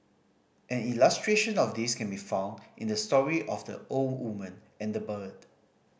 an illustration of this can be found in the story of the old woman and the bird